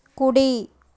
కుడి